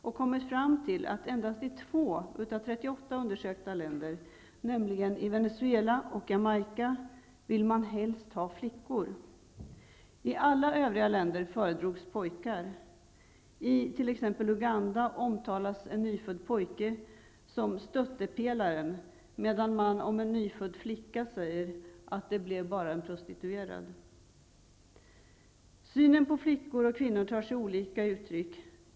Man kom då fram till att i endast två av 38 undersökta länder föredrogs flickor, nämligen i Venezuela och i t.ex. Uganda omtalas en nyfödd pojke som ''stöttepelaren'', medan man om en nyfödd flicka säger att ''det blev bara en prostituerad''. Synen på flickor och kvinnor tar sig olika uttryck.